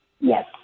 Yes